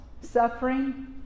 suffering